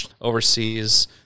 overseas